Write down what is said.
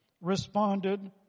responded